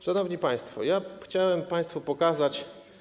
Szanowni państwo, chciałem państwu pokazać.